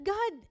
God